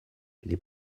les